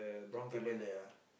the table there ah